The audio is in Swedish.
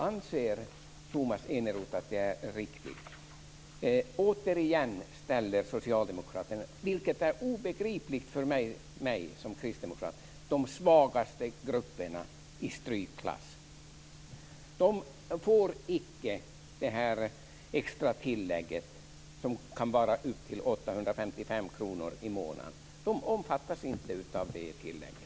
Anser Tomas Eneroth att det är riktigt? Återigen ställer socialdemokraterna, vilket är obegripligt för mig som kristdemokrat, de svagaste grupperna i strykklass. De får icke det extra tillägget, som kan vara upp till 855 kr i månaden. De omfattas inte av det tillägget.